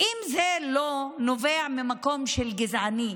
אם זה לא נובע ממקום של גזענות,